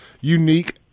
unique